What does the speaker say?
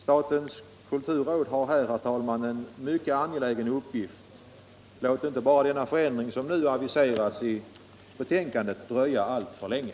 Statens kulturråd har här, herr talman, en mycket angelägen uppgift. Låt bara inte den förändring som nu aviseras i betänkandet dröja alltför länge.